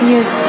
Yes